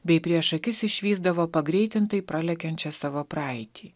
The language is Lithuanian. bei prieš akis išvysdavo pagreitintai pralekiančią savo praeitį